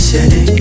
City